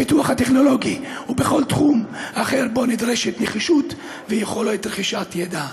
הפיתוח הטכנולוגי ובכל תחום אחר שבו נדרשת נחישות ויכולת רכישת ידע.